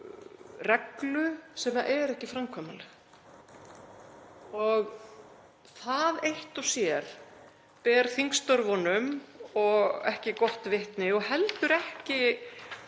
sem er ekki framkvæmanleg. Það eitt og sér ber þingstörfunum ekki gott vitni og heldur ekki